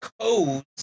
codes